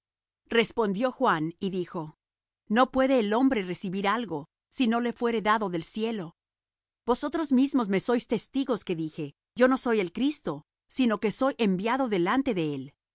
respondió juan y dijo no puede el hombre recibir algo si no le fuere dado del cielo vosotros mismos me sois testigos que dije yo no soy el cristo sino que soy enviado delante de él